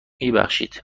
میبخشید